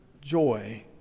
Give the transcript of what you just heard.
joy